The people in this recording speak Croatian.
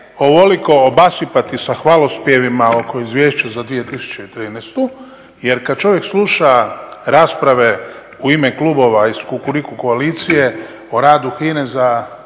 ovoliko obasipati sa hvalospjevima oko izvješća za 2013.jer kada čovjek sluša rasprave u ime klubova iz Kukuriku koalicije o radu HINA-e